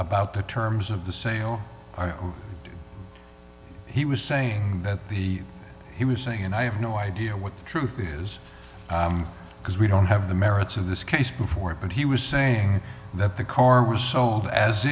about the terms of the sale he was saying that he he was saying and i have no idea what the truth is because we don't have the merits of this case before but he was saying that the karma saw as it